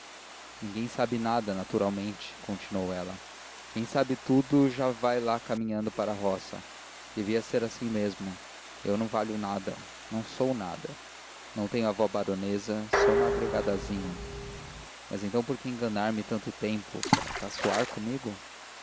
ninguém sabe nada naturalmente continuou ela quem sabe tudo já lá vai caminhando para a roça devia ser assim mesmo eu não valho nada não sou nada não tenho avó baronesa sou uma agregadazinha mas então por que enganar me tanto tempo para caçoar comigo